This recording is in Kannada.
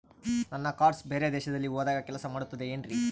ನನ್ನ ಕಾರ್ಡ್ಸ್ ಬೇರೆ ದೇಶದಲ್ಲಿ ಹೋದಾಗ ಕೆಲಸ ಮಾಡುತ್ತದೆ ಏನ್ರಿ?